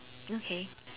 okay